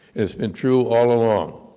it's been true all along.